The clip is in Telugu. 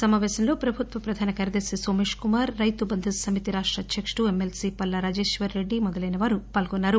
సమాపేశంలో ప్రభుత్వ ప్రధాన కార్యదర్శ నోమేశ్ కుమార్ రైతుబంధు సమితి రాష్ట అధ్యకులు ఎమ్మెల్సీ పల్లా రాజేశ్వర్ రెడ్డి మొదలైన వారు పాల్గొన్నారు